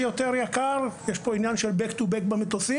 יותר יקר - יש כאן עניין של Back to back במטוסים